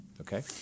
Okay